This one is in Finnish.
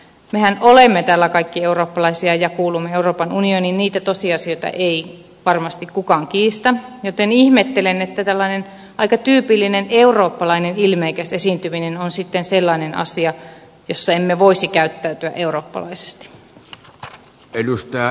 mehän olemme täällä kaikki eurooppalaisia ja kuulumme euroopan unioniin niitä tosiasioita ei varmasti kukaan kiistä joten ihmettelen että tällainen aika tyypillinen eurooppalainen ilmeikäs esiintyminen on sitten sellainen asia jossa emme voisi käyttäytyä eurooppalaisesti